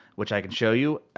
which i can show you.